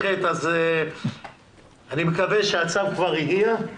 אני מקווה שהצו כבר הגיע.